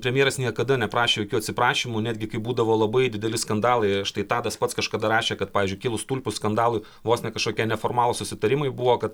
premjeras niekada neprašė jokių atsiprašymų netgi kai būdavo labai dideli skandalai štai tapęs pats kažkada rašė kad pavyzdžiui kilus tulpių skandalui vos ne kažkokie neformalūs susitarimai buvo kad